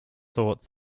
thought